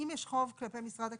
אם יש חוב כלפי משרד הקליטה,